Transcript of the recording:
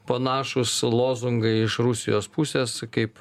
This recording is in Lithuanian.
panašūs lozungai iš rusijos pusės kaip